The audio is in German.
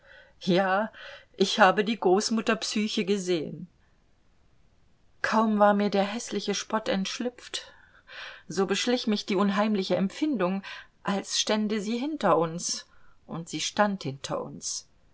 ja ich habe die großmutter psyche gesehen kaum war mir der häßliche spott entschlüpft so beschlich mich die unheimliche empfindung als stände sie hinter uns und sie stand hinter uns